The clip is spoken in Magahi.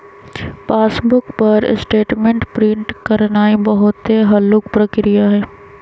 पासबुक पर स्टेटमेंट प्रिंट करानाइ बहुते हल्लुक प्रक्रिया हइ